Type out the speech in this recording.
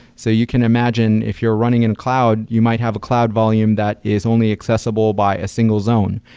so you can imagine if you're running in cloud, you might have a cloud volume that is only accessible by a single zone,